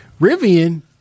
Rivian